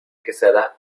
quesada